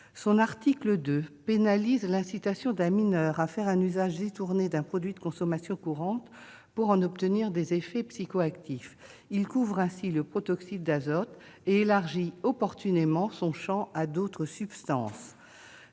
Son article 2 pénalise l'incitation d'un mineur à faire un usage détourné d'un produit de consommation courante pour en obtenir des effets psychoactifs. Il couvre ainsi le protoxyde d'azote et élargit opportunément son champ à d'autres substances.